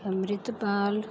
Amritpal